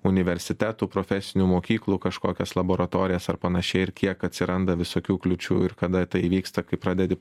universitetų profesinių mokyklų kažkokias laboratorijas ar panašiai ir kiek atsiranda visokių kliūčių ir kada tai įvyksta kai pradedi